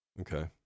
Okay